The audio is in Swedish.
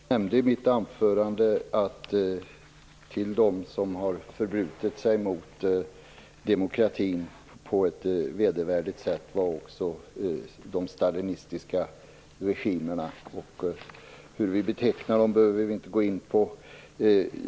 Fru talman! Jag nämnde i mitt anförande att också de stalinistiska regimerna hör till dem som förbrutit sig mot demokratin på ett vedervärdigt sätt. Hur vi betecknar dem behöver vi inte gå in på.